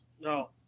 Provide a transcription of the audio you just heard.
No